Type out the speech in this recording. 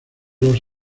los